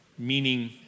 meaning